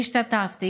והשתתפתי,